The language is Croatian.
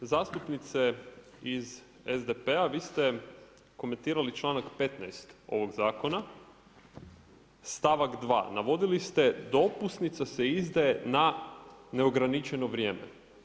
Zastupnice iz SDP-a vi ste komentirali članak 15. ovog zakona, stavak 2. Navodili ste dopusnica se izdaje na neograničeno vrijeme.